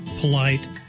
polite